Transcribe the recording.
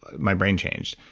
my brain changed.